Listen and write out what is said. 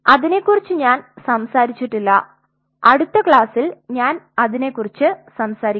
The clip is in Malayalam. അതിനെക്കുറിച്ച് ഞാൻ സംസാരിച്ചിട്ടില്ല അടുത്ത ക്ലാസ്സിൽ ഞാൻ അതിനെക്കുറിച്ച് സംസാരിക്കാം